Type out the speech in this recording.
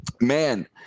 man